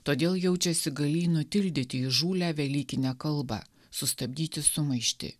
todėl jaučiasi galį nutildyti įžūlią velykinę kalbą sustabdyti sumaištį